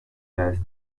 test